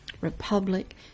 republic